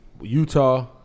Utah